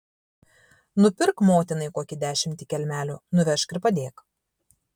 nupirk motinai kokį dešimtį kelmelių nuvežk ir padėk